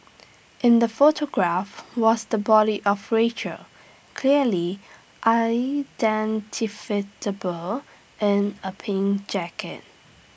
in the photograph was the body of Rachel clearly in A pink jacket